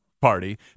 party